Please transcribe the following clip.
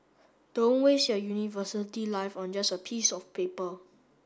don't waste your university life on just a piece of paper